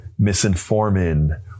misinforming